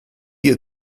dir